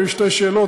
היו שתי שאלות,